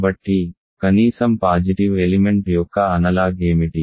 కాబట్టి కనీసం positive element యొక్క అనలాగ్ ఏమిటి